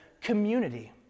community